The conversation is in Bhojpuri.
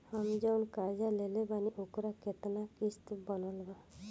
हम जऊन कर्जा लेले बानी ओकर केतना किश्त बनल बा?